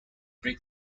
break